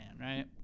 right